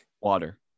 water